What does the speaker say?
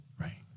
Right